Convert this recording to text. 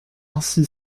ainsi